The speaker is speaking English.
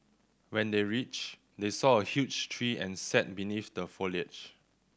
when they reached they saw a huge tree and sat beneath the foliage